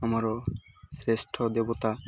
ଆମର ଶ୍ରେଷ୍ଠ ଦେବତା